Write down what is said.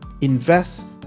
invest